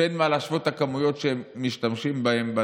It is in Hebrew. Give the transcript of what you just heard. שאין מה להשוות את הכמויות שמשתמשים בהם.